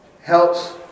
helps